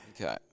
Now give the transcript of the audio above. Okay